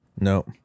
No